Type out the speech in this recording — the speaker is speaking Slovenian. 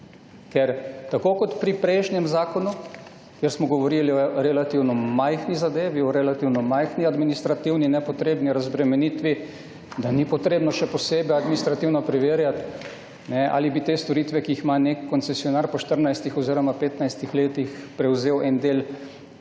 Ker tako kot pri prejšnjem zakonu, kjer smo govorili o relativno majhni zadevi, o relativno majhni administrativni nepotrebni razbremenitvi, da ni potrebno še posebej administrativo preverjati, ali bi te storitve, ki jih ima nek koncesionar po 14 oziroma 15 letih prevzel en del nekega